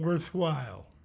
worthwhile